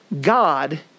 God